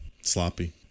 Sloppy